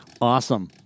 Awesome